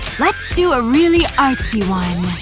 let's do a really artsy one